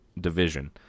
division